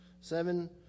seven